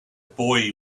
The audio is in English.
boy